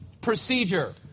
procedure